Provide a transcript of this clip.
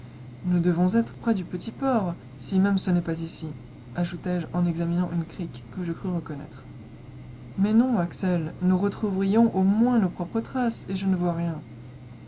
nous devons être près du petit port si même ce n'est pas ici ajoutai-je en examinant une crique que je crus reconnaître mais non axel nous retrouverions au moins nos propres traces et je ne vois rien